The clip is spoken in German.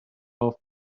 auf